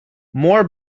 more